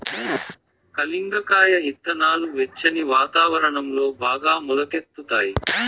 కలింగర కాయ ఇత్తనాలు వెచ్చని వాతావరణంలో బాగా మొలకెత్తుతాయి